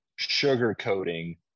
sugarcoating